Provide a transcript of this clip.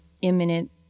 imminent